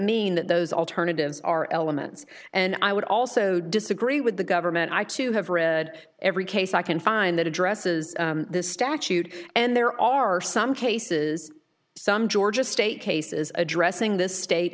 mean that those alternatives are elements and i would also disagree with the government i too have read every case i can find that addresses this statute and there are some cases some georgia state cases addressing this state